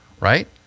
right